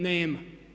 Nema.